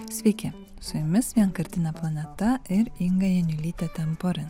sveiki su jumis vienkartinė planeta ir inga janiulytė temporin